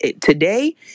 today